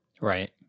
right